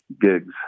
gigs